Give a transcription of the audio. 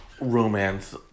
romance